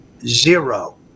zero